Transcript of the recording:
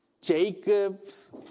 Jacob's